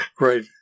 Right